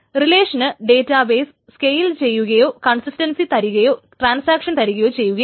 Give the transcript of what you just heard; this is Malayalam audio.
റിലേഷന് ഡേറ്റാബേസ് സ്കെയിൽ ചെയ്യുകയോ കൺസിസ്റ്റൻസി തരികയോ ട്രാൻസാക്ഷൻ തരികയോ ചെയ്യുകയില്ല